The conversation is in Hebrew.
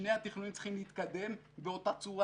אז שני התכנונים צריכים להתקדם באותה צורה,